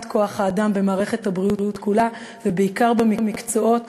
כוח-האדם במערכת הבריאות כולה ובעיקר במקצועות